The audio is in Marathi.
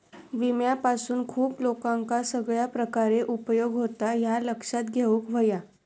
विम्यापासून खूप लोकांका सगळ्या प्रकारे उपयोग होता, ह्या लक्षात घेऊक हव्या